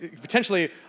potentially